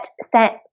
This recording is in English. sent